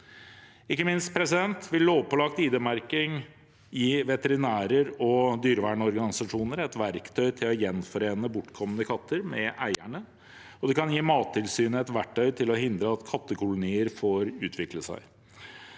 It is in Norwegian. Ikke minst vil lovpålagt ID-merking gi veterinærer og dyrevernorganisasjoner et verktøy til å gjenforene bortkomne katter med eierne, og det kan gi Mattilsynet et verktøy for å hindre at kattekolonier får utvikle seg.